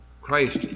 Christ